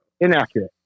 inaccurate